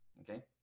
okay